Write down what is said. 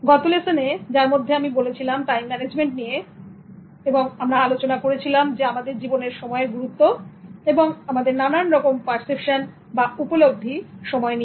গত লেসনে যার মধ্যে আমি বলেছিলাম টাইম ম্যানেজমেন্ট নিয়ে যেখানে আমরা আলোচনা করেছিলাম আমাদের জীবনে সময়ের গুরুত্ব এবং আমাদের নানান রকম পারসেপশন বা উপলব্ধি সময় নিয়ে